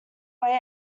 way